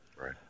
Right